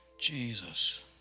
Jesus